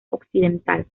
occidental